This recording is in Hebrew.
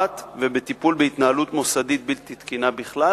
ולטיפול בהתנהלות מוסדית בלתי תקינה בכלל,